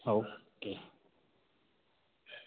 okay